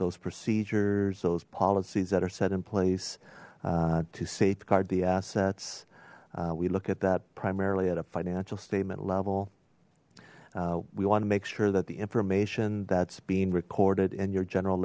those procedures those policies that are set in place to safeguard the assets we look at that primarily at a financial statement level we want to make sure that the information that's being recorded in your general